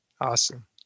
Awesome